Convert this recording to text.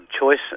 choice